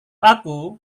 aku